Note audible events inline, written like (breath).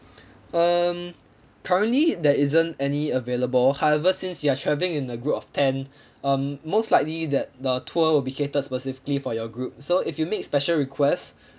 (breath) um currently there isn't any available however since you are traveling in a group of ten (breath) um most likely that the tour will be catered specifically for your group so if you make special request (breath)